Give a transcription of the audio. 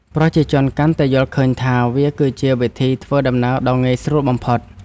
ប្រជាជនកាន់តែយល់ឃើញថា វាគឺជាវិធីធ្វើដំណើរដ៏ងាយស្រួលបំផុត។